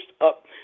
up